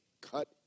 cut